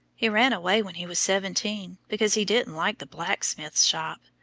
he ran away when he was seventeen because he didn't like the blacksmith's shop.